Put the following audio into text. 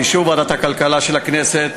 באישור ועדת הכלכלה של הכנסת,